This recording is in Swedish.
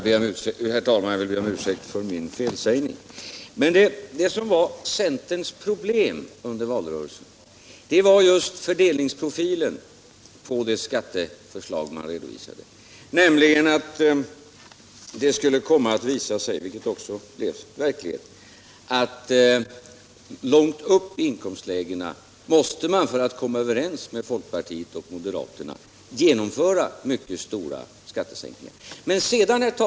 Herr talman! Jag vill be om ursäkt för min felsägning. Det som var centerns problem under valrörelsen var just fördelningsprofilen på det skatteförslag som man redovisade, nämligen att det skulle I komma att visa sig — vilket också blev verklighet — att man för att komma = Sänkning av den överens med folkpartiet och moderaterna måste genomföra mycket stora = statliga inkomstskattesänkningar långt upp i inkomstlägena. skatten, m.m.